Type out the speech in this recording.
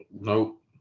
Nope